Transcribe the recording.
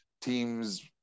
teams